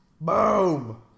Boom